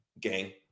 Gang